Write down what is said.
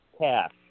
cash